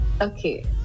Okay